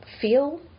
feel